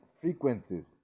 frequencies